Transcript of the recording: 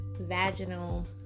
vaginal